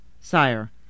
Sire